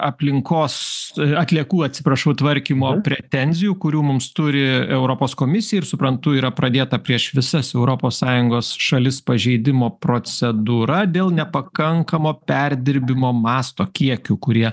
aplinkos atliekų atsiprašau tvarkymo pretenzijų kurių mums turi europos komisija ir suprantu yra pradėta prieš visas europos sąjungos šalis pažeidimo procedūra dėl nepakankamo perdirbimo masto kiekių kurie